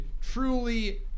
truly